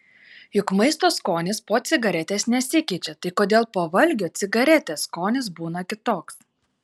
juk maisto skonis po cigaretės nesikeičia tai kodėl po valgio cigaretės skonis būna kitoks